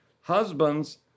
husbands